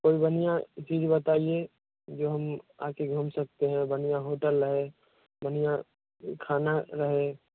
कोई बढ़िया चीज़ बताइए जो हम आकर घूम सकते हो बढ़िया होटल रहे बढ़िया खाना रहे